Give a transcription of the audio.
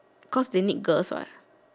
cause they need girls what